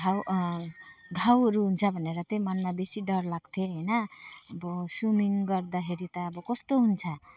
घाउ घाउहरू हुन्छ भनेर चाहिँ मनमा बेसी डर लाग्थ्यो होइन अब स्विमिङ गर्दाखेरि त अब कस्तो हुन्छ